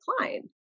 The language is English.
decline